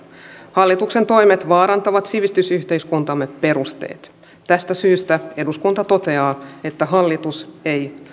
hallituksen toimet vaarantavat sivistysyhteiskuntamme perusteet tästä syystä eduskunta toteaa että hallitus ei